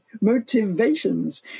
Motivations